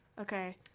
Okay